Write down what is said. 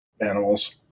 animals